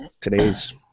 today's